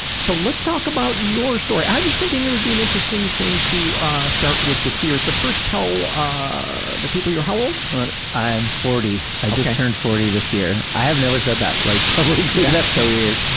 so, let's talk about your story. i was thinking it would be an interesting thing to start with the fears, but first, tell ah the people, you're how old? but i am forty. i just turned forty this year. i have never said that like publicly, that's so weird.